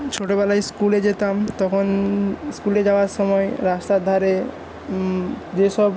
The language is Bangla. ছোটবেলায় স্কুলে যেতাম তখন স্কুলে যাওয়ার সময় রাস্তার ধারে যেসব